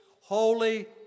Holy